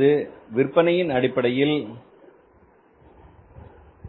அல்லது விற்பனையின் அடிப்படையில்